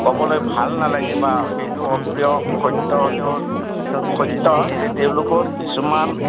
ক'বলৈ ভাল নালাগে বা সেইটো অপ্ৰিয় সত্য হ'লেও সত্য যে তেওঁলোকৰ কিছুমান